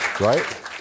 right